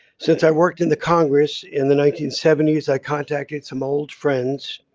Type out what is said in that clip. since i worked in the congress in the nineteen seventy s, i contacted some old friends